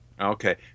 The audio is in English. Okay